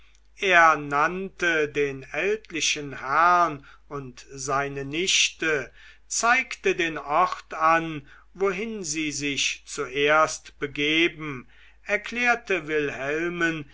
er nannte den ältlichen herrn und seine nichte zeigte den ort an wohin sie sich zuerst begeben erklärte wilhelmen